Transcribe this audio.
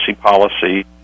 policy